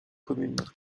commune